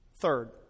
Third